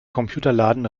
computerladen